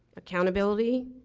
accountability,